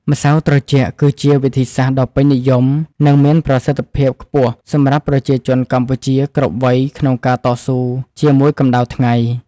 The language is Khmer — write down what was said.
ម្ស៉ៅត្រជាក់គឺជាវិធីសាស្ត្រដ៏ពេញនិយមនិងមានប្រសិទ្ធភាពខ្ពស់សម្រាប់ប្រជាជនកម្ពុជាគ្រប់វ័យក្នុងការតស៊ូជាមួយកម្តៅថ្ងៃ។